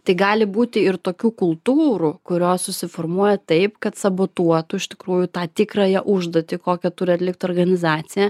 tai gali būti ir tokių kultūrų kurios susiformuoja taip kad sabotuotų iš tikrųjų tą tikrąją užduotį kokią turi atlikt organizacija